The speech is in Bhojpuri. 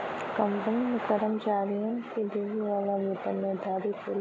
कंपनी में कर्मचारियन के देवे वाला वेतन निर्धारित होला